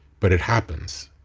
but it happens.